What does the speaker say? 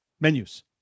Menus